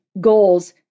goals